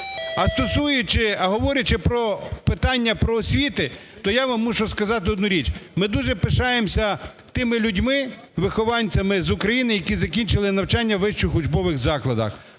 А говорячи про питання про освіту, то я вам мушу сказати одну річ, ми дуже пишаємося тими людьми, вихованцями з України, які закінчили навчання у вищих учбових закладах.